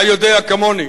אתה יודע כמוני